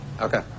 okay